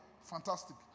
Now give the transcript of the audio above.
Fantastic